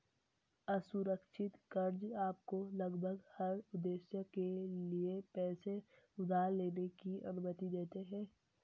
असुरक्षित कर्ज़ आपको लगभग हर उद्देश्य के लिए पैसे उधार लेने की अनुमति देते हैं